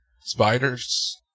spiders